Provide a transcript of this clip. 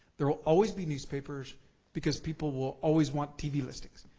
there will always be newspapers because people will always want tv listings.